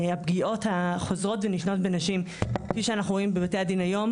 הפגיעות החוזרות ונשנות בנשים כפי שאנחנו רואים בבתי הדין היום,